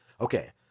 Okay